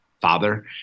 father